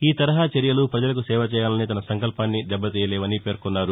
ఈ తరహా చర్యలు పజలకు సేవ చేయాలనే తన సంకల్పాన్ని దెబ్బతీయలేవని పేర్కొన్నారు